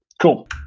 Cool